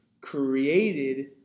created